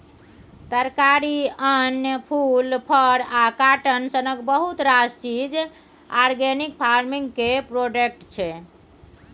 तरकारी, अन्न, फुल, फर आ काँटन सनक बहुत रास चीज आर्गेनिक फार्मिंग केर प्रोडक्ट छै